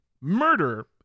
murder